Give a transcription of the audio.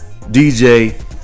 DJ